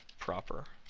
proper